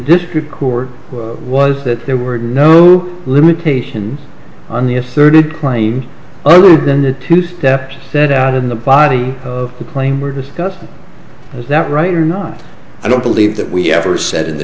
district court was that there were no limitation on the a third claim other than the dept set out in the body of the claim we're discussing is that right or not i don't believe that we ever said in the